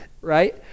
right